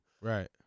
Right